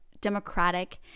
democratic